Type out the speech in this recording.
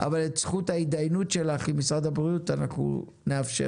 אבל את זכות ההתדיינות שלך עם משרד הבריאות אנחנו נאפשר.